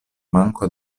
manko